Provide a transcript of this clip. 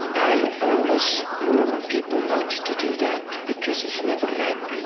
i always warn people not to do that because it's never right,